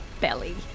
belly